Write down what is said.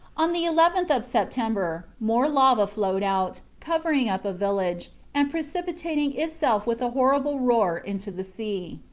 on the eleventh of september more lava flowed out, covering up a village, and precipitating itself with a horrible roar into the sea.